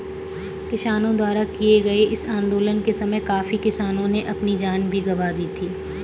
किसानों द्वारा किए गए इस आंदोलन के समय काफी किसानों ने अपनी जान भी गंवा दी थी